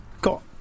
got